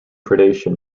predation